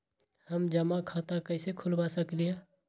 हम जमा खाता कइसे खुलवा सकली ह?